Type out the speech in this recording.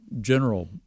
general